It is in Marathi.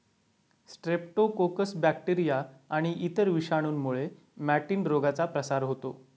स्ट्रेप्टोकोकस बॅक्टेरिया आणि इतर विषाणूंमुळे मॅटिन रोगाचा प्रसार होतो